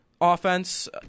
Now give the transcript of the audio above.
offense